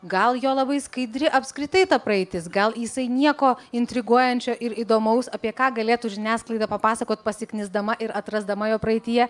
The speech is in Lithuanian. gal jo labai skaidri apskritai ta praeitis gal jisai nieko intriguojančio ir įdomaus apie ką galėtų žiniasklaida papasakot pasiknisdama ir atrasdama jo praeityje